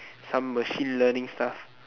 some machine learning stuff